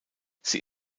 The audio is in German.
sie